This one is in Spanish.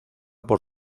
por